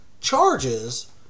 charges